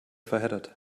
verheddert